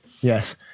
Yes